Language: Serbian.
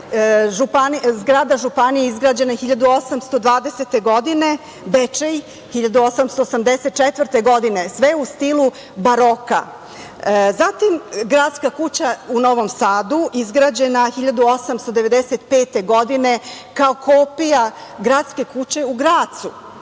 zgrada Županije izgrađena 1820. godine, Bečej 1884. godine, sve u stilu baroka. Zatim, Gradska kuća u Novom Sadu, izgrađena 1895. godine kao kopija Gradske kuće u Gracu.